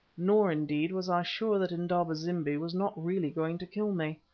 nor, indeed, was i sure that indaba-zimbi was not really going to kill me.